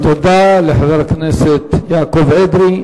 תודה לחבר הכנסת יעקב אדרי.